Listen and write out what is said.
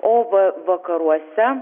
o va vakaruose